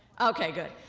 okay good